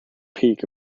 peak